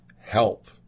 help